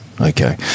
okay